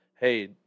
hey